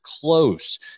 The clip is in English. close